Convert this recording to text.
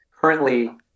Currently